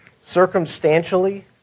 Circumstantially